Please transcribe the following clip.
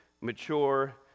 mature